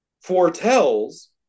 foretells